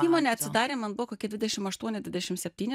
įmonė atidarė man buvo kokie dvidešim aštuoni dvidešim septyni